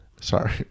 Sorry